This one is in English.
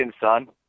son